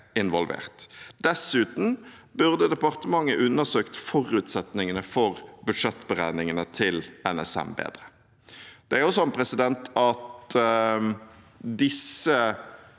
Dessuten burde departementet undersøkt forutsetningene for budsjettberegningene til NSM bedre. Disse ulike momentene i